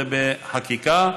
זה בחקיקה,